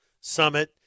Summit